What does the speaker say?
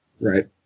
Right